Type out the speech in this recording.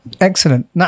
Excellent